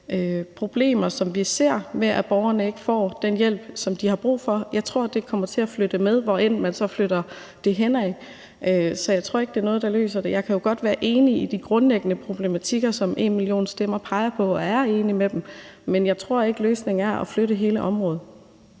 problemer, som vi ser, med, at borgerne ikke får den hjælp, som de har brug for, kommer til at flytte med, hvor end man så flytter det hen. Så jeg tror ikke, det er noget, der løser det. Jeg kan jo godt være enig i, at der er de grundlæggende problematikker, som #enmillionstemmer peger på, og jeg er enig med dem, men jeg tror ikke, løsningen er at flytte hele området.